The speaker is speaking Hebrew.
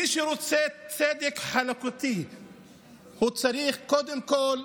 מי שרוצה צדק חלוקתי צריך קודם כול,